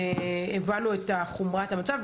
הבנו את חומרת המצב,